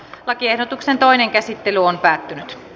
lakiehdotuksen toinen käsittely päättyi